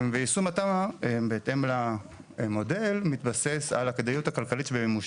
ויישום התמ"א בהתאם למודל מתבסס על הכדאיות הכלכלית שבמימושה.